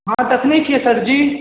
हँ दखने छियै सरजी